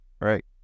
right